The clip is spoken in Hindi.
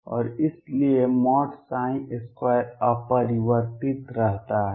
और इसलिए 2 अपरिवर्तित रहता है